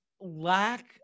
lack